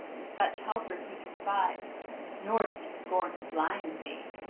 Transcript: in such helpers he confides nor does he scorn his lion's aid.